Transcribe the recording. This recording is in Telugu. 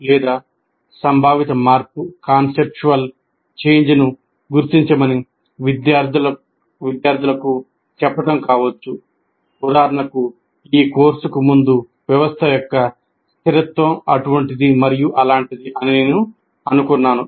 లేదా సంభావిత మార్పు ను గుర్తించమని విద్యార్థులను చెప్పటం కావచ్చు ఉదాహరణకు ఈ కోర్సుకు ముందు వ్యవస్థ యొక్క స్థిరత్వం అటువంటిది మరియు అలాంటిది అని నేను అనుకున్నాను